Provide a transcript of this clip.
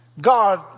God